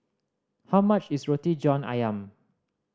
how much is Roti John Ayam